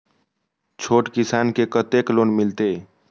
छोट किसान के कतेक लोन मिलते?